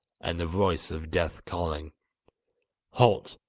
and the voice of death calling halt!